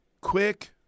Quick